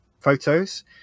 photos